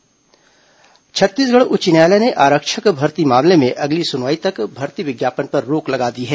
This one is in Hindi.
हाईकोर्ट आरक्षक भर्ती छत्तीसगढ़ उच्च न्यायालय ने आरक्षक भर्ती मामले में अगली सुनवाई तक भर्ती विज्ञापन पर रोक लगा दी है